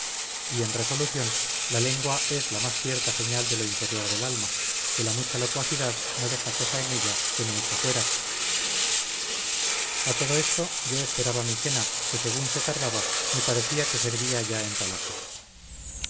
y en resolución la lengua es la más cierta señal de lo interior del alma que la mucha locuacidad no deja cosa en ella que no eche fuera a todo esto yo esperaba mi cena que según se tardaba me parecía que servía ya en palacio